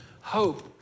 hope